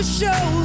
show